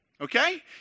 Okay